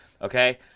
okay